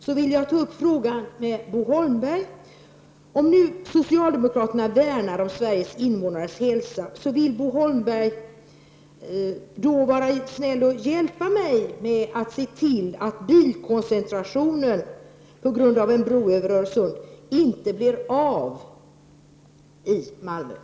Jag vill därför nu fråga Bo Holmberg: Om nu socialdemokraterna värnar om Sveriges invånares hälsa, vill Bo Holmberg då vara snäll och hjälpa mig att se till att den bilkoncentration i Malmö som skulle bli följden av en bro över Öresund inte kommer till stånd?